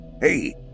Hey